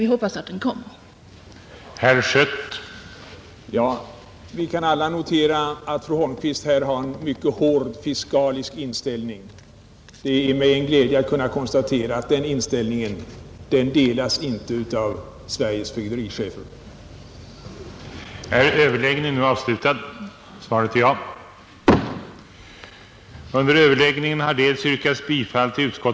Vi hoppas att den informationen skall komma till stånd.